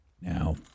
Now